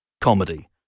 comedy